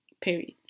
Period